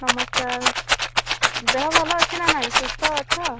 ନମସ୍କାର ଦେହ ଭଲ ଅଛି ନା ନାହିଁ ସୁସ୍ଥ ଅଛ